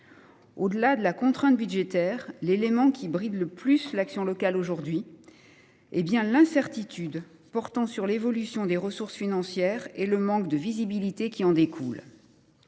Au delà de la contrainte budgétaire, l’élément qui bride le plus l’action locale est bien l’incertitude concernant l’évolution des ressources financières et le manque de visibilité qui en découle.